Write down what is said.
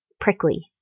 prickly